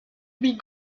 louis